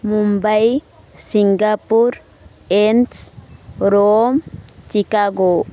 Mumbai Singapore ଏଞ୍ଚ Rome Chicago